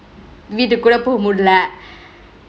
வீட்டுகோட போ முடில:veetukode po mudile